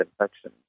infection